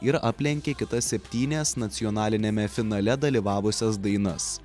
ir aplenkė kitas septynias nacionaliniame finale dalyvavusias dainas